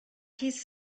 his